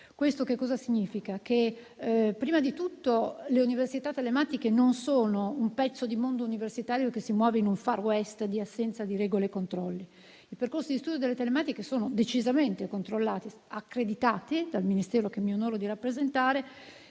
Questo significa che prima di tutto le università telematiche non sono un pezzo di mondo universitario che si muove in un *far west* di assenza di regole e controlli. I percorsi di studio delle università telematiche sono decisamente controllati e accreditati dal Ministero che mi onoro di rappresentare